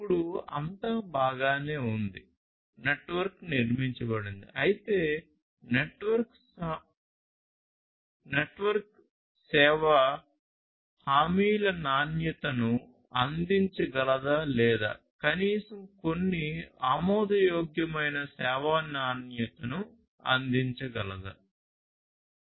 ఇప్పుడు అంతా బాగానే ఉంది నెట్వర్క్ నిర్మించబడింది అయితే నెట్వర్క్ సేవా హామీల నాణ్యతను అందించగలదా లేదా కనీసం కొన్ని ఆమోదయోగ్యమైన సేవా నాణ్యతను అందించగలదా